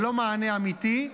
ללא מענה אמיתי.